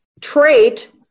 trait